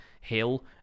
hill